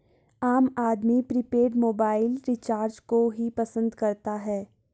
आम आदमी prepaid mobile recharge को ही पसंद करता है